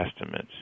estimates